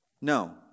No